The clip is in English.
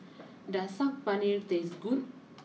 does Saag Paneer taste good